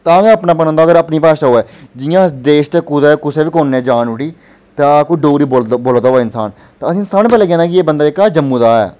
तां गै अपनापन होंदा अगर अपनी भाशा होऐ जि'यां अस देश दे कुतै कुसै बी कोन्ने जान उठी तां आखो डोगरी बोलदा बोला दा होऐ इन्सान तां असें ई सारा पता लगी जाना कि बंदा जेह्का जम्मू दा आया